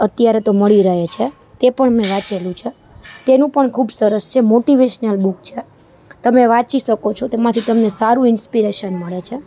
અત્યારે તો મળી રહે છે તે પણ મેં વાંચેલું છે તેનું પણ ખૂબ સરસ છે મોટિવેશનલ બુક છે તમે વાંચી શકો છો તેમાંથી તમને સારું ઈન્સ્પિરેશન મળે છે